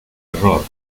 error